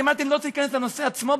אמרתי: אני לא רוצה להיכנס לנושא עצמו.